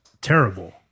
terrible